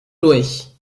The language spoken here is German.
durch